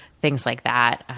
things like that.